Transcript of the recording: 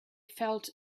felt